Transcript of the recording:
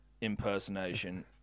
impersonation